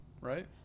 right